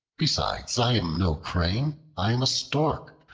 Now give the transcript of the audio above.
besides, i am no crane, i am a stork,